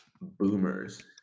boomers